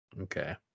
Okay